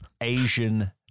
asian